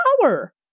power